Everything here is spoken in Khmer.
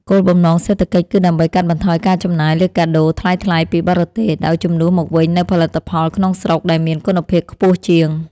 គោលបំណងសេដ្ឋកិច្ចគឺដើម្បីកាត់បន្ថយការចំណាយលើកាដូថ្លៃៗពីបរទេស ដោយជំនួសមកវិញនូវផលិតផលក្នុងស្រុកដែលមានគុណភាពខ្ពស់ជាង។